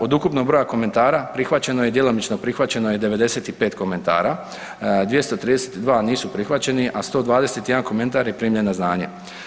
Od ukupnog broja komentara prihvaćeno je, djelomično je prihvaćeno 95 komentara, 232 nisu prihvaćeni, a 121 komentar je primljen na znanje.